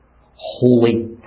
holy